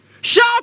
Shout